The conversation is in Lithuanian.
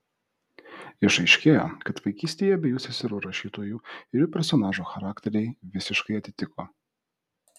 išaiškėjo kad vaikystėje abiejų seserų rašytojų ir jų personažų charakteriai visiškai atitiko